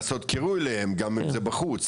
צריך לעשות קירוי להם, גם אם זה בחוץ.